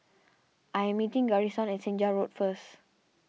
I am meeting Garrison at Senja Road first